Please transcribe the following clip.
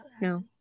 No